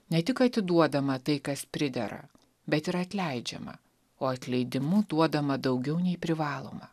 ne tik atiduodama tai kas pridera bet ir atleidžiama o atleidimų duodama daugiau nei privaloma